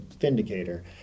Vindicator